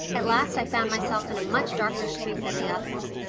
at last i found myself in a much darker street than the others.